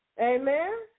Amen